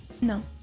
No